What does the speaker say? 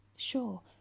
Sure